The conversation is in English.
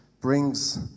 brings